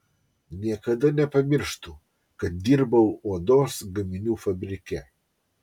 niekada nepamirštu kad dirbau odos gaminių fabrike